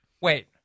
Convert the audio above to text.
Wait